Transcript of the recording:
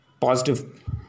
positive